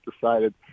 decided